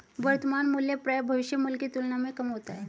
वर्तमान मूल्य प्रायः भविष्य मूल्य की तुलना में कम होता है